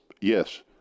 Yes